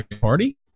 Party